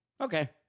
Okay